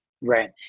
right